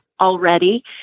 already